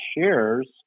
shares